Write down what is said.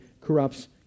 corrupts